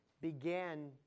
began